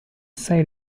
assai